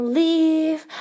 leave